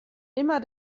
immer